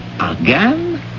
Again